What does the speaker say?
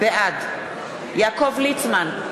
בעד יעקב ליצמן,